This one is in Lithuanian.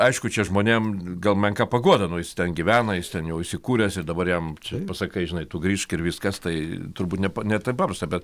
aišku čia žmonėm gal menka paguoda nu jis ten gyvena jis ten jau įsikūręs ir dabar jam pasakai žinai tu grįžk ir viskas tai turbūt nepa ne taip paprasta bet